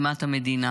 האחרונות.